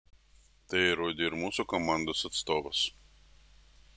tai įrodė ir mūsų komandos atstovas